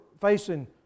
facing